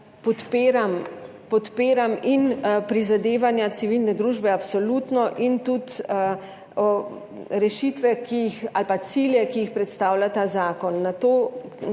podpiram prizadevanja civilne družbe in tudi rešitve ali pa cilje, ki jih predstavlja ta zakon.